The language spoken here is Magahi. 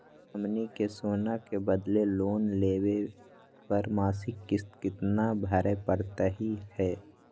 हमनी के सोना के बदले लोन लेवे पर मासिक किस्त केतना भरै परतही हे?